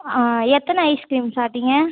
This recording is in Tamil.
ஆ எத்தனை ஐஸ் க்ரீம் சாப்பிட்டீங்க